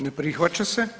Ne prihvaća se.